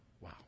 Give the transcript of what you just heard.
Wow